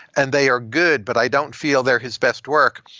and they are good, but i don't feel they're his best work.